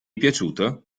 piaciuto